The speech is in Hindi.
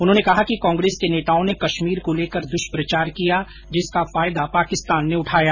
उन्होंने कहा कि कांग्रेस के नेताओं ने कश्मीर को लेकर दुष्प्रचार किया जिसका फायदा पाकिस्तान ने उठाया